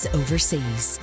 overseas